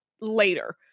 later